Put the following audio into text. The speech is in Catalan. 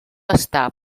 estar